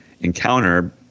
encounter